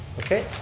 okay.